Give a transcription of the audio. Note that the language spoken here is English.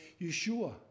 yeshua